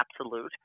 absolute